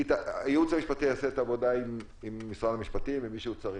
הייעוץ המשפטי יעשה את העבודה עם משרד המשפטים ועם מי שהוא צריך.